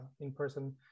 in-person